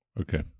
Okay